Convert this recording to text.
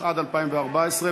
התשע"ד 2014,